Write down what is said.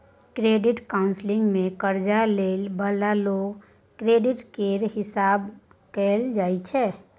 credit counselling मे कर्जा लइ बला लोकक क्रेडिट केर हिसाब कएल जाइ छै